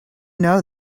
know